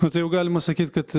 na tai jau galima sakyt kad